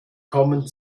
kommen